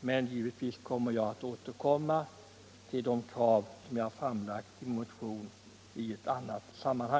men givetvis återkommer jag i ett annat sammanhang till de krav jag framlagt i min motion.